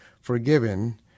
forgiven